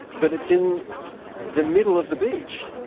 but it's in the middle of the beach.